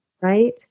Right